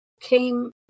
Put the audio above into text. came